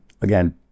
again